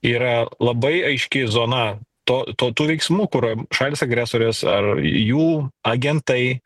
yra labai aiški zona to to tų veiksmų kur šalys agresorės ar jų agentai